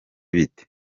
bite